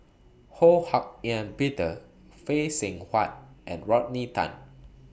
Ho Hak Ean Peter Phay Seng Whatt and Rodney Tan